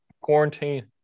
quarantine